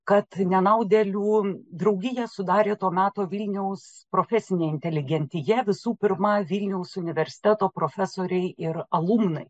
kad nenaudėlių draugiją sudarė to meto vilniaus profesinė inteligentija visų pirma vilniaus universiteto profesoriai ir alumnai